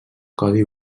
codi